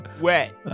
Wet